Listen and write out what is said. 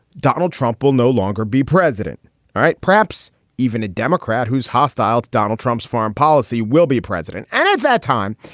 donald trump will no longer be president. all right. perhaps even a democrat who's hostile to donald trump's foreign policy will be president. and at that time,